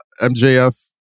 MJF